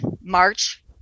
March